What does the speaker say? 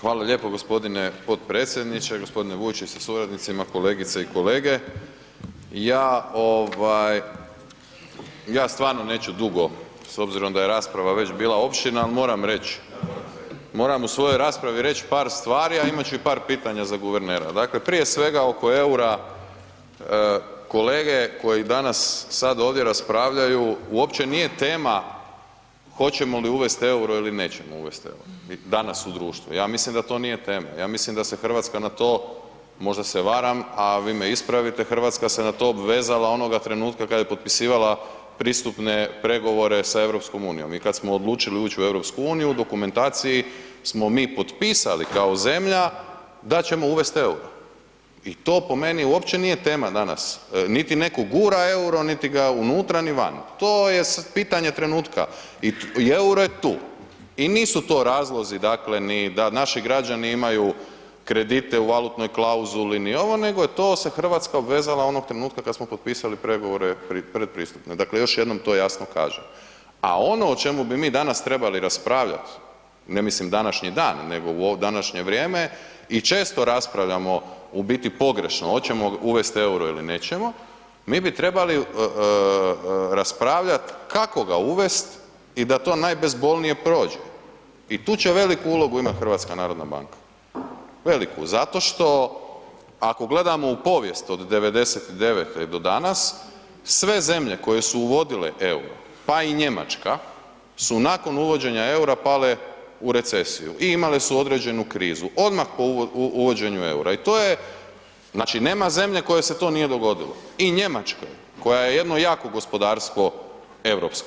Hvala lijepo g. potpredsjedniče g. Vujčić sa suradnicima, kolegice i kolege, ja ovaj, ja stvarno neću dugo s obzirom da je rasprava već bila opširna, ali moram reć, moram u svojoj raspravi reć par stvari, a imat ću i par pitanja za guvernera, dakle prije svega oko EUR-a kolege koji danas sad ovdje raspravljaju uopće nije tema hoćemo li uvest EUR-o ili nećemo uvest EUR-o danas u društvo, ja mislim da to nije tema, ja mislim da se RH na to, možda se varam, a vi me ispravite, RH se na to obvezala onoga trenutka kad je potpisivala pristupne pregovore sa EU i kad smo odlučili uć u EU u dokumentaciji smo mi potpisali kao zemlja da ćemo uvest EUR-o i to po meni uopće nije tema danas, niti neko gura EUR-o, niti ga unutra, ni van, to je sad pitanje trenutka i EUR-o je tu i nisu to razlozi, dakle ni da naši građani imaju kredite u valutnoj klauzuli ni ovo nego je to se RH obvezala onog trenutka kad smo potpisali pregovore predpristupne, dakle još jednom to jasno kažem, a ono o čemu bi mi danas trebali raspravljat, ne mislim današnji dan nego u današnje vrijeme i često raspravljamo u biti pogrešno, oćemo uvest EUR-o ili nećemo, mi bi trebali raspravljat kako ga uvest i da to najbezbolnije prođe i tu će veliku ulogu imat HNB, veliku zato što ako gledamo u povijest od '99.-te do danas, sve zemlje koje su uvodile EUR-o, pa i Njemačka su nakon uvođenja EUR-a pale u recesiju i imale su određenu krizu, odmah po uvođenju EUR-a i to je, znači nema zemlje kojoj se to nije dogodilo i Njemačkoj koja je jedno jako gospodarstvo europsko.